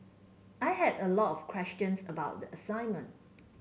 I had a lot of questions about the assignment